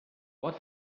what